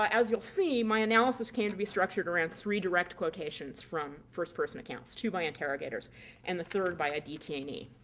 um as you'll see, my analysis came to be structured around three direct quotations from first-person accounts two by interrogators and the third by a detainee.